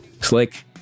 Slick